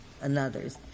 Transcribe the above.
another's